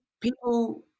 people